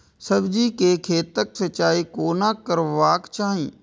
सब्जी के खेतक सिंचाई कोना करबाक चाहि?